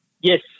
Yes